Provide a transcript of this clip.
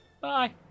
Bye